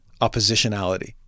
oppositionality